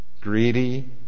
greedy